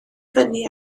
fyny